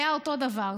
היה אותו דבר,